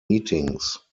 meetings